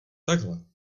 takhle